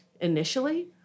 initially